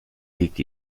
liegt